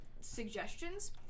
suggestions